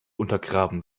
untergraben